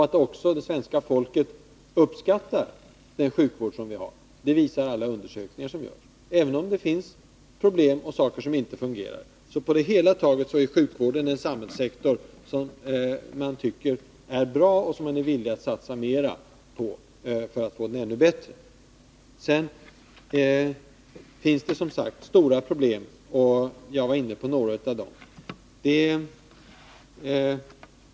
Att det svenska folket också uppskattar den sjukvård vi har visar alla undersökningar som görs. Även om det finns problem och saker som inte fungerar så är sjukvården på det hela taget en samhällssektor som man tycker är bra och är villig att satsa mer på för att få den ännu bättre. Sedan finns det, som sagt, stora problem, och jag var inne på några av dem.